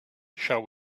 shall